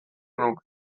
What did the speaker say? nuke